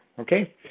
Okay